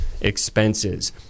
expenses